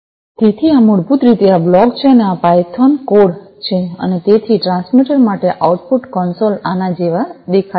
તેથી આ મૂળભૂત રીતે આ બ્લોક છે અને આ પાયથોન કોડ છે અને તેથી ટ્રાન્સમીટર માટે આઉટપુટ કન્સોલ આના જેવો દેખાશે